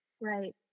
right